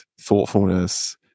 thoughtfulness